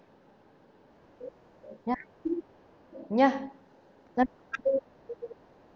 ya ya ya